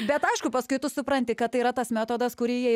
bet aišku paskui tu supranti kad tai yra tas metodas kurį jie